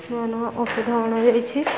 ନୂଆ ନୂଆ ଔଷଧ ଅଣାଯାଇଛି